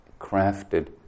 crafted